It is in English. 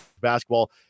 basketball